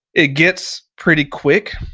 it gets pretty quick